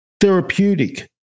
therapeutic